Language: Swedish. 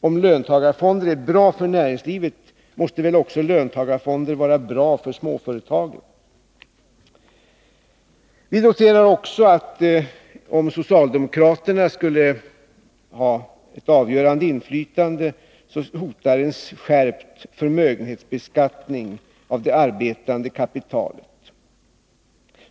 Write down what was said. Om löntagarfonder är bra för näringslivet, måste väl löntagarfonder vara bra också för småföretagen? Vi noterar också, att om socialdemokraterna skulle ha ett avgörande Nr 175 inflytande, hotar en skärpt förmögenhetsbeskattning av det arbetande Fredagen den kapitalet.